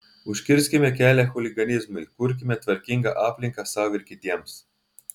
užkirskime kelią chuliganizmui kurkime tvarkingą aplinką sau ir kitiems